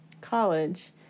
college